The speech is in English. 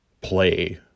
play